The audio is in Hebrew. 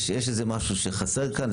יש משהו שחסר כאן,